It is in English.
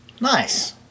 Nice